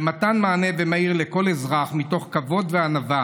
במתן מענה מהיר לכל אזרח מתוך כבוד וענווה